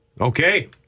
Okay